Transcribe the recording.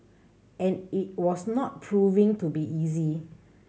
and it was not proving to be easy